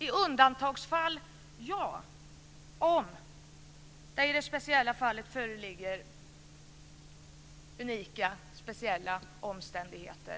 I undantagsfall ja, om det i det speciella fallet föreligger unika speciella omständigheter.